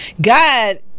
God